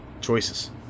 choices